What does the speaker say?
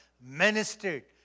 Ministered